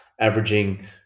averaging